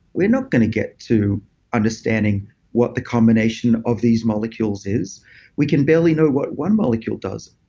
we're not going to get to understanding what the combination of these molecules is we can barely know what one molecule does.